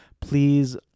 Please